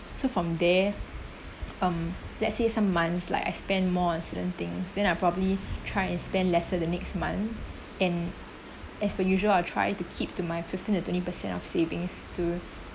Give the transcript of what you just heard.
so from there um let's say some months like I spend more on certain things then I'll probably try and spend lesser the next month and as per usual I'll try to keep to my fifteen to twenty percent of savings to